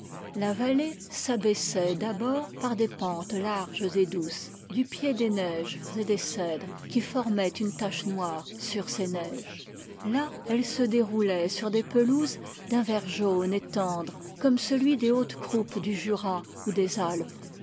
la vallée s abaissait d'abord par des pentes larges et douces du pied des neiges et des cèdres qui formaient une tache noire sur ces neiges là elle se déroulait sur des pelouses d'un vert jaune et tendre comme celui des hautes croupes du jura ou des alpes